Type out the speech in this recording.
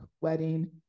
wedding